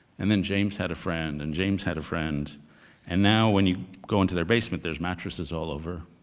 and then james had a friend and james had a friend and now when you go into their basement, there's mattresses all over.